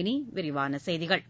இனி விரிவான செய்திகள்